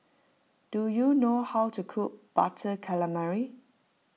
do you know how to cook Butter Calamari